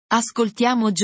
ascoltiamo